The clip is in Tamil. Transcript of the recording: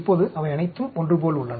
இப்போது அவை அனைத்தும் ஒன்றுபோல் உள்ளன